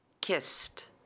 kissed